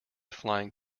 flying